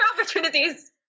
opportunities